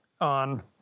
on